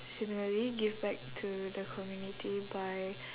similarly give back to the community by